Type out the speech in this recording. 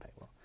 paywall